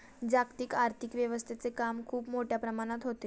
जागतिक आर्थिक व्यवस्थेचे काम खूप मोठ्या प्रमाणात होते